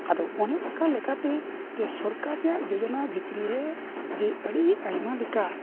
ᱟᱫᱚ ᱚᱱᱮ ᱚᱱᱠᱟ ᱞᱮᱠᱟᱛᱮ ᱡᱮ ᱥᱚᱨᱠᱟᱨ ᱨᱮᱭᱟᱜ ᱡᱳᱡᱚᱱᱟ ᱵᱷᱤᱛᱨᱤ ᱨᱮ ᱡᱮ ᱟᱹᱰᱤ ᱟᱭᱢᱟ ᱞᱮᱠᱟ